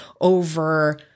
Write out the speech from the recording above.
over